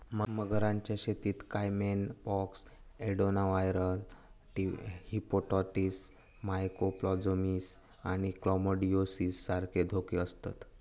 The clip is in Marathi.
मगरांच्या शेतीत caiman pox, adenoviral hepatitis, mycoplasmosis आणि क्लेमायडिओसिस सारखे धोके आसतत